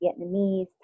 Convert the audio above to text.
Vietnamese